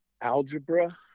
algebra